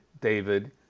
David